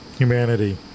Humanity